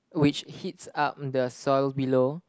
which heats up the soil below